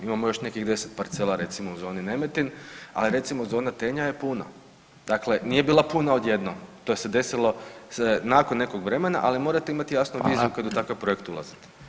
Imamo još nekih deset parcela recimo u zoni Nemetin, ali recimo zona Tenja je puna, dakle nije bila puna odjednom to se je desilo nakon nekog vremena, ali morate imati jasnu viziju kada u takav [[Upadica Radin: Hvala.]] projekt ulazite.